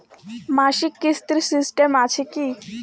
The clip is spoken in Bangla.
মাসিক কিস্তির সিস্টেম আছে কি?